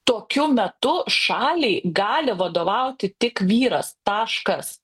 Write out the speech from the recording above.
tokiu metu šaliai gali vadovauti tik vyras taškas